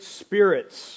spirits